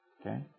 okay